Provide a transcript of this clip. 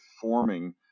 forming